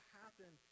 happen